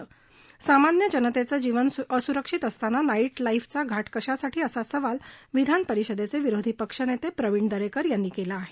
मात्र सामान्य जनेतेचं जीवन असुरक्षित असताना नाइटलाइफचा घाट कशासाठी असा सवाल विधानपरिषदेचे विरोधी पक्ष नेते प्रविण दरेकर यांनी केला आहे